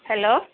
hello